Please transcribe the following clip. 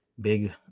big